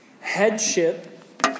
Headship